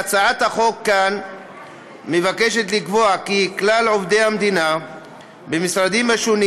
הצעת החוק כאן מבקשת לקבוע כי כלל עובדי המדינה במשרדים השונים